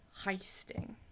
heisting